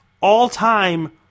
all-time